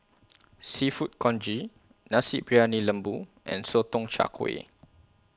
Seafood Congee Nasi Briyani Lembu and Sotong Char Kway